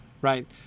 right